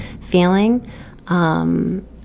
feeling